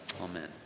Amen